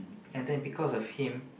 and then because of him